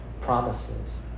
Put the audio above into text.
promises